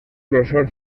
grosor